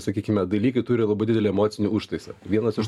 sakykime dalykai turi labai didelį emocinį užtaisą vienas iš